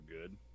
good